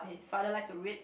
his father likes to read